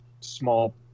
small